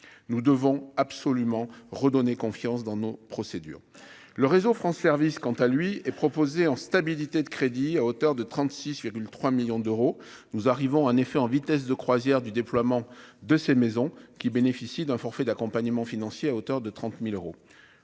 nous devons absolument redonner confiance dans nos procédures, le réseau France, service, quant à lui est proposé en stabilité de crédits à hauteur de 36,3 millions d'euros, nous arrivons en effet en vitesse de croisière du déploiement de ces maisons qui bénéficient d'un forfait d'accompagnement financier à hauteur de 30000 euros